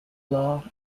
law